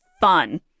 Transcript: fun